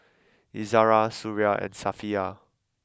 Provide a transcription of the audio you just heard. Izara Suria and Safiya